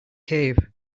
cave